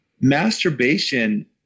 Masturbation